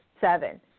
seven